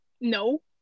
No